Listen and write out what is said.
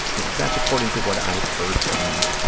you know, that's according to what i've heard from